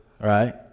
right